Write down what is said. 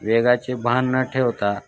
वेगाचे भान न ठेवता